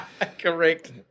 Correct